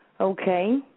Okay